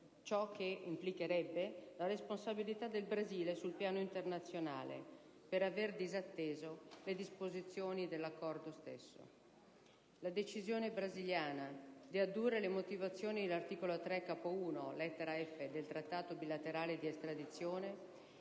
ciò che implicherebbe la responsabilità del Brasile sul piano internazionale per aver disatteso le disposizioni dell'accordo stesso; la decisione brasiliana di addurre come motivazione l'art. 3, lettera *f)*, del Trattato bilaterale di estradizione